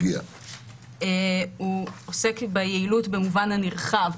הוא עוסק ביעילות במובן הנרחב,